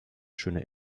schöne